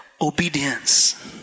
obedience